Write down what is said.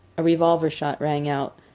a revolver-shot rang out.